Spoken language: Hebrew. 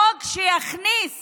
חוק שיכניס